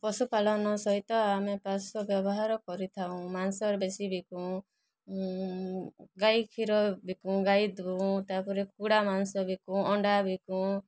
ପଶୁପାଳନ ସହିତ ଆମେ ପାର୍ଶ୍ୱ ବ୍ୟବହାର କରିଥାଉଁ ମାଂସ ବେସି ବିକୁଁ ଗାଈ କ୍ଷୀର ବିକୁଁ ଗାଈ ଦୁଉଁ ତା'ପରେ କୁକୁଡ଼ା ମାଂସ ବିକୁଁ ଅଣ୍ଡା ବିକୁଁ